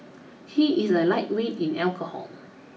he is a lightweight in alcohol